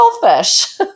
selfish